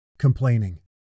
complaining